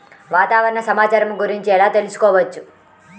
వాతావరణ సమాచారము గురించి ఎలా తెలుకుసుకోవచ్చు?